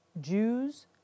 Jews